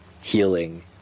healing